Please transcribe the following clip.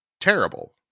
terrible